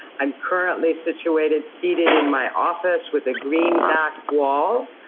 i'm currently situated seated in my office with a green back wall.